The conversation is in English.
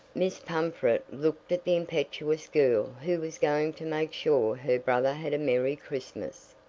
miss pumfret looked at the impetuous girl who was going to make sure her brother had a merry christmas.